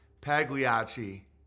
Pagliacci